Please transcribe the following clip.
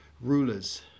Rulers